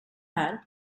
här